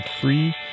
free